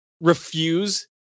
refuse